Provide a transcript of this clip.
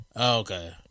Okay